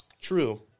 True